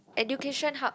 education hub